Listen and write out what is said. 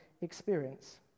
experience